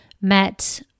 met